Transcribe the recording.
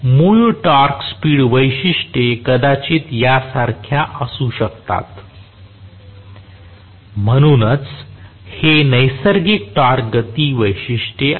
मूळ torque speed वैशिष्ट्ये कदाचित यासारख्या असू शकतात म्हणूनच हे नैसर्गिक टॉर्क गती वैशिष्ट्ये आहेत